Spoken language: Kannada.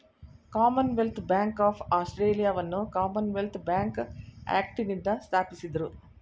ಕಾಮನ್ವೆಲ್ತ್ ಬ್ಯಾಂಕ್ ಆಫ್ ಆಸ್ಟ್ರೇಲಿಯಾವನ್ನ ಕಾಮನ್ವೆಲ್ತ್ ಬ್ಯಾಂಕ್ ಆಕ್ಟ್ನಿಂದ ಸ್ಥಾಪಿಸಿದ್ದ್ರು